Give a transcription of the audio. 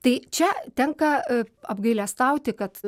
tai čia tenka apgailestauti kad